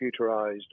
computerized